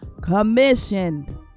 commissioned